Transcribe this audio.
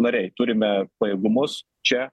nariai turime pajėgumus čia